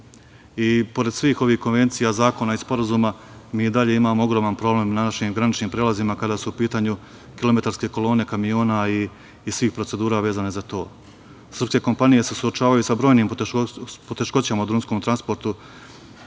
EU.Pored svih ovih konvencija zakona i sporazuma, mi i dalje imamo ogroman problem na našim graničnim prelazima kada su u pitanju kilometarske kolone kamiona i svih procedura vezanih za to. Srpske kompanije se suočavaju sa brojnim poteškoćama u drumskom transportu